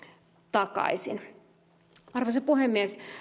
takaisin arvoisa puhemies